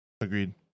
Agreed